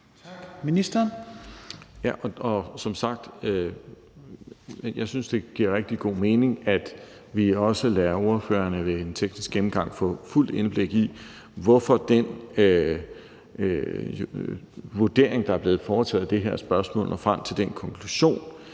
sagt synes jeg, det giver rigtig god mening, at vi også ved en teknisk gennemgang lader ordførerne få fuldt indblik i, hvorfor den vurdering, der er blevet foretaget i det her spørgsmål, når frem til den konklusion,